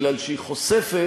מפני שהיא חושפת,